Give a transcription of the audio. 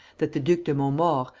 that the duc de montmaur,